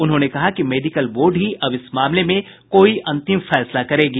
उन्होंने कहा कि मेडिकल बोर्ड ही अब इस मामले में कोई अंतिम फैसला करेगी